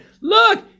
Look